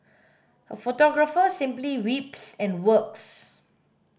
a photographer simply weeps and works